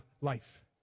life